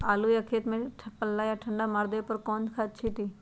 आलू के खेत में पल्ला या ठंडा मार देवे पर कौन खाद छींटी?